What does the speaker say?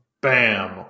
Bam